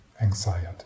anxiety